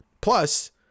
Plus